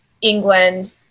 England